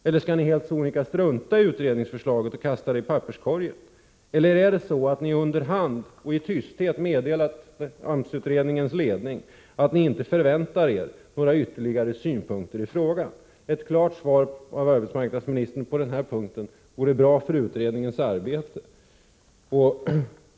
Eller skall ni helt sonika strunta i utredningsförslaget och kasta det i papperskorgen? Eller är det så att ni under hand och i tysthet meddelat AMS utredningens ledning att ni inte förväntar er några ytterligare synpunkter i frågan? Ett klart svar av arbetsmarknadsministern på den här punkten vore bra för utredningens arbete.